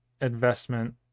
investment